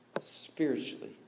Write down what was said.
Spiritually